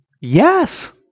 Yes